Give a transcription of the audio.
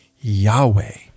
Yahweh